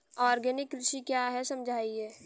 Organic कृषि क्या है समझाइए?